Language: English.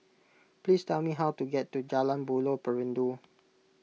please tell me how to get to Jalan Buloh Perindu